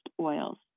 oils